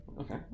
Okay